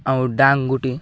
ଆଉ ଡାଙ୍ଗ ଗୁଟି